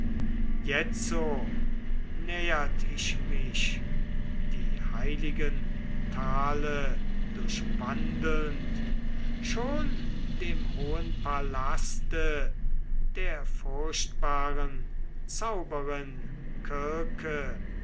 jetzo nähert ich mich die heiligen tale durchwandelnd schon dem hohen palaste der furchtbaren zauberin